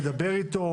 לדבר אתו,